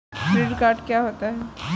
Credit card क्या होता है?